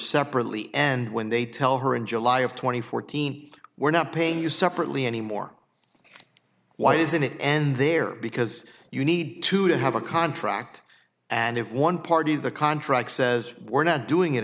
separately and when they tell her in july of two thousand and fourteen we're not paying you separately anymore why isn't it end there because you need to to have a contract and if one party the contract says we're not doing it